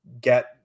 get